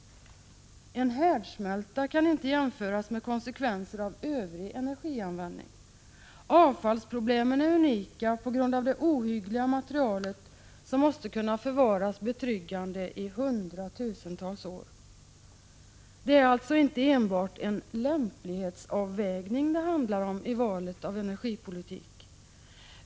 En härdsmälta kan inte jämföras med konsekvenserna av övrig energianvändning. Avfallsproblemen är unika på grund av det ohyggliga materialet, som måste kunna förvaras på ett betryggande sätt i hundratusentals år. I valet av energipolitik handlar det alltså inte enbart om en lämplighetsavvägning.